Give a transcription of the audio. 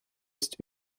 ist